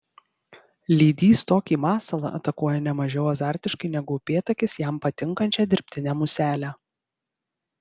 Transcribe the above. lydys tokį masalą atakuoja ne mažiau azartiškai negu upėtakis jam patinkančią dirbtinę muselę